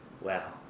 wow